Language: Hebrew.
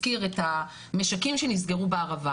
הזכיר את המשקים שנסגרו בערבה,